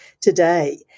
today